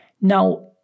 Now